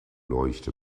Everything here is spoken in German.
leuchte